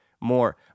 more